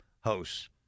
hosts